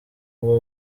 bwo